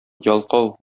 ялкау